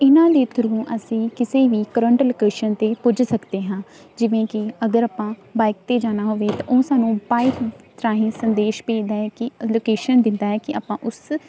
ਇਹਨਾਂ ਦੇ ਥਰੂ ਅਸੀਂ ਕਿਸੇ ਵੀ ਕਰੰਟ ਲੋਕੇਸ਼ਨ 'ਤੇ ਪੁੱਜ ਸਕਦੇ ਹਾਂ ਜਿਵੇਂ ਕਿ ਅਗਰ ਆਪਾਂ ਬਾਈਕ 'ਤੇ ਜਾਣਾ ਹੋਵੇ ਉਹ ਸਾਨੂੰ ਬਾਈਕ ਰਾਹੀਂ ਸੰਦੇਸ਼ ਭੇਜਦਾ ਹੈ ਕਿ ਲੋਕੇਸ਼ਨ ਦਿੰਦਾ ਹੈ ਕਿ ਆਪਾਂ ਉਸ